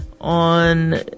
on